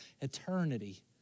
eternity